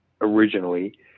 originally